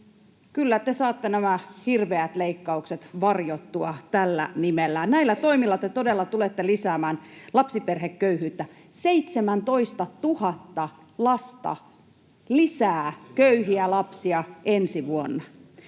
saatte nämä hirveät leikkaukset varjottua tällä nimellä, ja näillä toimilla te todella tulette lisäämään lapsiperheköyhyyttä: 17 000 lasta lisää köyhiä lapsia ensi vuonna.